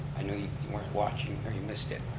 i know you weren't watching or you missed it.